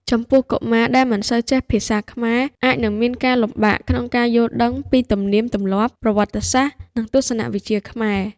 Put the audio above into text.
ចំពោះ កុមារដែលមិនសូវចេះភាសាខ្មែរ អាចនឹងមានការលំបាកក្នុងការយល់ដឹងពីទំនៀមទម្លាប់ ប្រវត្តិសាស្ត្រ និងទស្សនវិជ្ជាខ្មែរ។